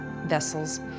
vessels